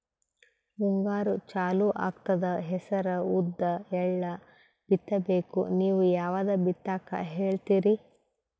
ಮುಂಗಾರು ಚಾಲು ಆಗ್ತದ ಹೆಸರ, ಉದ್ದ, ಎಳ್ಳ ಬಿತ್ತ ಬೇಕು ನೀವು ಯಾವದ ಬಿತ್ತಕ್ ಹೇಳತ್ತೀರಿ?